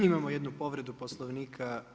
Imamo jednu povredu Poslovnika.